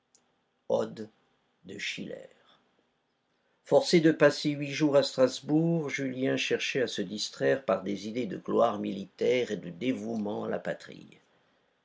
de schiller forcé de passer huit jours à strasbourg julien cherchait à se distraire par des idées de gloire militaire et de dévouement à la patrie